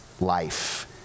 life